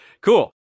Cool